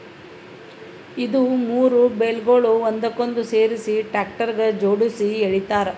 ಇದು ಮೂರು ಬೇಲ್ಗೊಳ್ ಒಂದಕ್ಕೊಂದು ಸೇರಿಸಿ ಟ್ರ್ಯಾಕ್ಟರ್ಗ ಜೋಡುಸಿ ಎಳಿತಾರ್